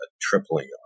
tripling